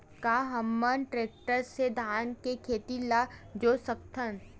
का हमन टेक्टर से धान के खेत ल जोत सकथन?